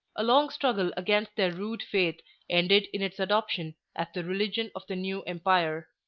a long struggle against their rude faith ended in its adoption as the religion of the new empire.